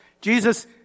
Jesus